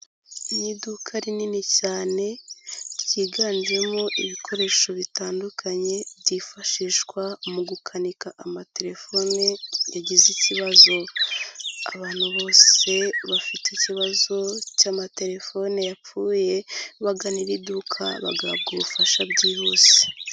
Ni iduka rinini cyane ryiganjemo ibikoresho bitandukanye byifashishwa mu gukanika amatelefone yagize ikibazo abantu bose bafite ikibazo cy'amatelefone yapfuye bagana iri duka bagahabwa ubufasha byihuse.